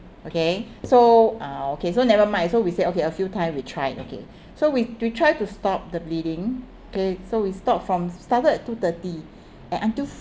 okay so uh okay so never mind so we said okay a few time we try okay so we we try to stop the bleeding okay so we start from started at two thirty and until